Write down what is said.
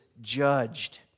judged